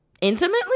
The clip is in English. intimately